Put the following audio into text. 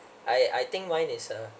I I think mine is a